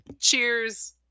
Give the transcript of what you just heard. Cheers